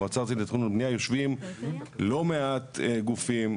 שמועצה ארצית לתכנון ובנייה יושבים לא מעט גופים,